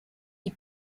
qui